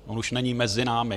On už není mezi námi.